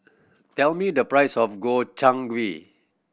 tell me the price of Gobchang Gui